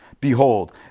Behold